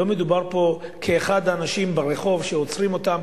לא מדובר פה באחד האנשים ברחוב שעוצרים אותו,